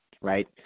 right